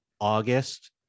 August